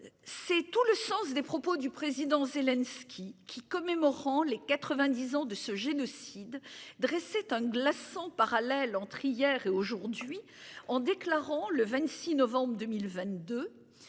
C'est tout le sens des propos du président Zelensky qui commémorant les 90 ans de ce génocide dresser un glaçant parallèle entre hier et aujourd'hui, en déclarant le 26 novembre 2022.